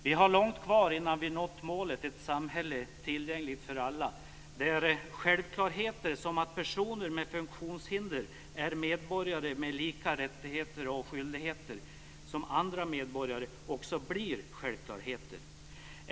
Vi har långt kvar tills vi nått målet om ett samhälle tillgängligt för alla där självklarheter, t.ex. att personer med funktionshinder är medborgare med samma rättigheter och skyldigheter som andra medborgare, också blir självklarheter.